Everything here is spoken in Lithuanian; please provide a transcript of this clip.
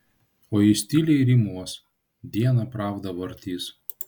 o jis tyliai rymos dieną pravdą vartys